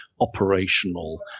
operational